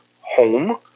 home